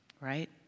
Right